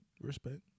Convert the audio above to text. Respect